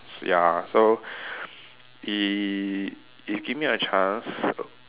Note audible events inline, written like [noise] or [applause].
ya so [breath] i~ if give me a chance